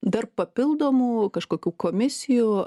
dar papildomų kažkokių komisijų